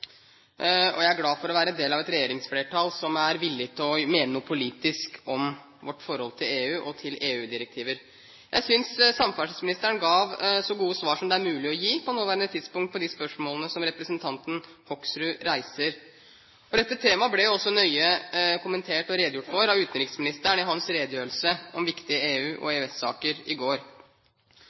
Jeg er glad for å være en del av et regjeringsflertall som er villig til å mene noe politisk om vårt forhold til EU og EU-direktiver. Jeg synes samferdselsministeren ga så gode svar som det er mulig å gi på nåværende tidspunkt på de spørsmålene som representanten Hoksrud reiser. Dette temaet ble jo også nøye kommentert og redegjort for av utenriksministeren i hans redegjørelse om viktige EU- og EØS-saker i går.